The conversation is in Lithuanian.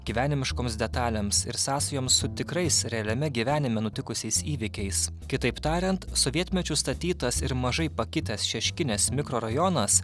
gyvenimiškoms detalėms ir sąsajoms su tikrais realiame gyvenime nutikusiais įvykiais kitaip tariant sovietmečiu statytas ir mažai pakitęs šeškinės mikrorajonas